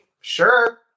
Sure